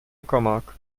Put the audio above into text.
uckermark